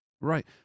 Right